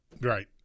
Right